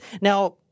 now